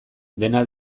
dena